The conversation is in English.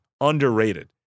underrated